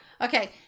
okay